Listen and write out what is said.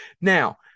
Now